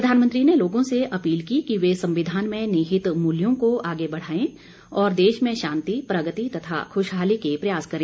प्रधानमंत्री ने लोगों से अपील की कि वे संविधान में निहित मूल्यों को आगे बढ़ायें और देश में शांति प्रगति तथा ख़ुशहाली के प्रयास करें